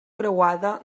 creuada